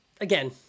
again